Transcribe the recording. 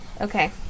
Okay